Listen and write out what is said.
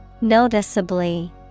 Noticeably